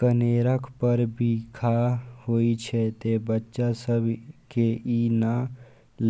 कनेरक फर बिखाह होइ छै, तें बच्चा सभ कें ई नै